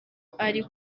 ari